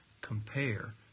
compare